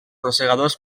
rosegadors